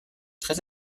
très